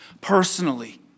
personally